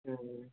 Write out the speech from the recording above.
হুম হুম